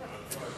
על כל הזמן?